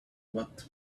what